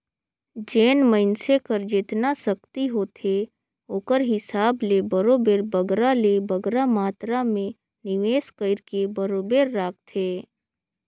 जेन मइनसे कर जेतना सक्ति होथे ओकर हिसाब ले बरोबेर बगरा ले बगरा मातरा में निवेस कइरके बरोबेर राखथे